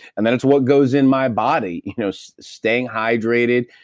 and then it's what goes in my body. you know so staying hydrated,